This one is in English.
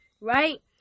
right